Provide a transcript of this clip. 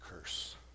curse